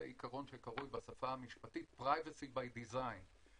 זה עיקרון שקרוי בשפה המשפטית: Privacy by design.